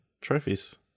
trophies